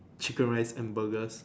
chicken rice and burgers